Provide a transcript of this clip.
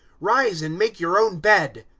rise and make your own bed.